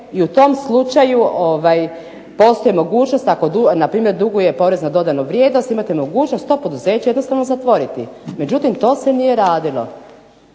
i u tom slučaju postoji mogućnost npr. duguje porez na dodanu vrijednost, imate mogućnost to poduzeće jednostavno zatvoriti. Međutim to se nije radilo.